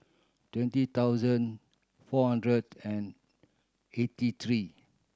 twenty thousand four hundred and eighty three